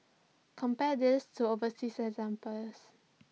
compare this to overseas examples